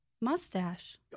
mustache